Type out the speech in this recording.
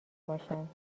باشند